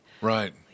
Right